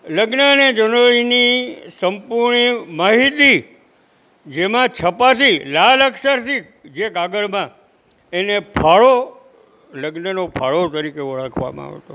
લગ્ન ને જનોઈની સંપૂર્ણ માહિતી જેમાં છપાતી લાલ અક્ષરથી જે કાગળમાં એને ફાળો લગ્નનો ફાળો તરીકે ઓળખવામાં આવતો